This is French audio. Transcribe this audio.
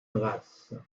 brasses